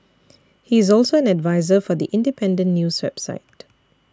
he is also an adviser for The Independent news website